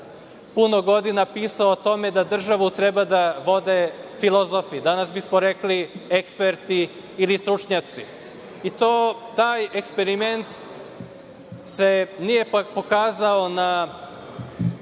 puno godina pisao o tome da državu treba da vode filozofi. Danas bismo rekli eksperti ili stručnjaci. Taj eksperiment se nije pokazao na